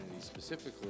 specifically